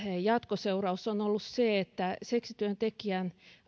jatkoseuraus on ollut se että seksityöntekijän